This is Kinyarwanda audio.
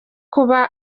kuba